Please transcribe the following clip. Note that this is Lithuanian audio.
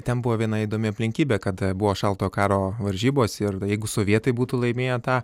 ten buvo viena įdomi aplinkybė kad buvo šaltojo karo varžybos ir jeigu sovietai būtų laimėję tą